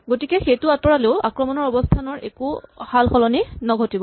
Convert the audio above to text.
গতিকে সেইটো আঁতৰালেও আক্ৰমণৰ অৱস্হানৰ একো সালসলনি নঘটিব